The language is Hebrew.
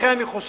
לכן אני חושב